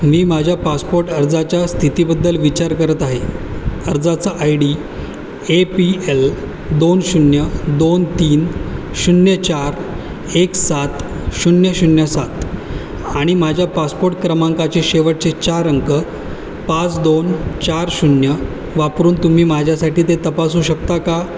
मी माझ्या पासपोट अर्जाच्या स्थितीबद्दल विचार करत आहे अर्जाचा I D A P L दोन शून्य दोन तीन शून्य चार एक सात शून्य शून्य सात आणि माझ्या पासपोट क्रमांकाचे शेवटचे चार अंक पाच दोन चार शून्य वापरून तुम्ही माझ्यासाठी ते तपासू शकता का